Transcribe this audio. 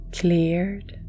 cleared